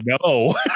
No